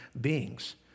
beings